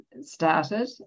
started